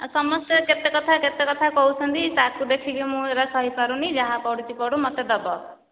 ସମସ୍ତେ କେତେ କଥା କେତେ କଥା କହୁଛନ୍ତି ତା'କୁ ଦେଖିକି ମୁଁ ଏରା ସହି ପାରୁନି ଯାହା ପଡ଼ୁଛି ପଡ଼ୁ ମୋତେ ଦେବ